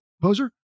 Poser